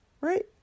right